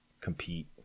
compete